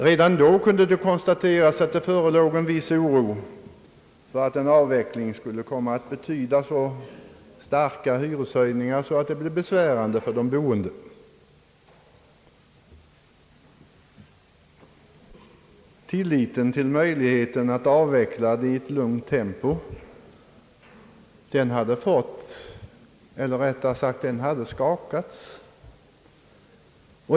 Redan då kunde det konstateras, att det förelåg en viss oro för att en avveckling skulle komma att medföra så stora hyreshöjningar att de blev besvärande för de boende, Tilliten till möj ligheterna att avveckla hyresregleringen i ett lugnt tempo hade skakats,.